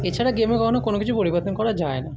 এছাড়া গেমে কখনও কোনও কিছু পরিবর্তন করা যায় না